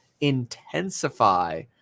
intensify